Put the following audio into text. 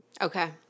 Okay